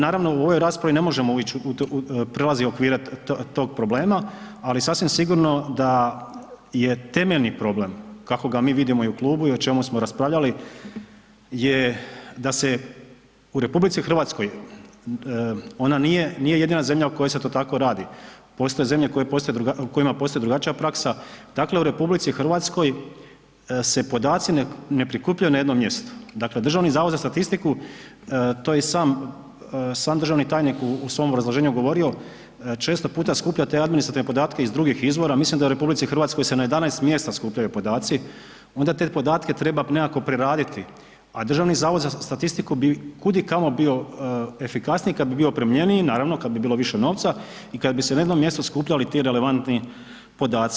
Naravno u ovoj raspravi ne možemo ići, prelazi okvire tog problema, ali sasvim sigurno da je temeljni problem kako ga mi vidimo i u klubu i o čemu smo raspravljali je da se u RH, ona nije jedina zemlja u kojoj se to tako radi, postoje zemlje u kojima postoji drugačija praksa, dakle u RH se podaci ne prikupljaju na jednom mjestu, dakle Državni zavod za statistiku to i sam državni tajnik u svom obrazloženju govorio, često puta skuplja te administrativne podatke iz drugih izvora, mislim da u RH se na 11 mjesta skupljaju podaci, onda te podatke treba nekako preraditi, a Državni zavod za statistiku bi kudikamo bio efikasniji kad bi bio opremljeniji, naravno kad bi bilo više novca i kad bi se na jedno mjesto skupljali ti relevantni podaci.